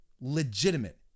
legitimate